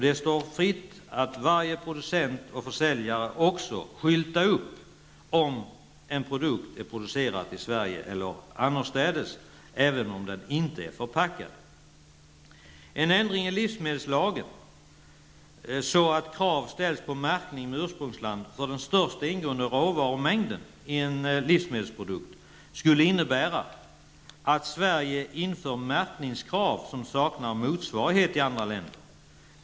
Det står varje producent och försäljare fritt att skylta upp om en produkt är producerad i Sverige eller annorstädes, även om den inte är förpackad. En ändring i livsmedelslagen så att krav ställs på märkning med ursprungsland för den största ingående råvarumängden i en livsmedelsprodukt skulle innebära att Sverige inför märkningskrav som saknar motsvarighet i andra länder.